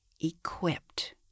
equipped